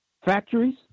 factories